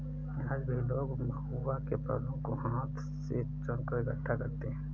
आज भी लोग महुआ के फलों को हाथ से चुनकर इकठ्ठा करते हैं